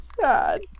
sad